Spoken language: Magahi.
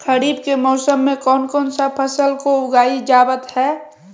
खरीफ के मौसम में कौन कौन सा फसल को उगाई जावत हैं?